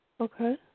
Okay